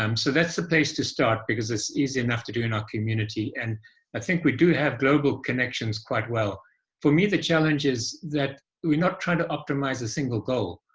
um so that's the place to start because it's easy enough to do in our community and i think we do have global connections quite well for me the challenge is that we're not trying to optimize a single goal.